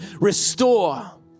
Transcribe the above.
restore